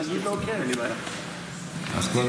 כבוד השר,